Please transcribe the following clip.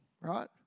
right